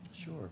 Sure